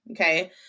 Okay